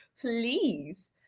please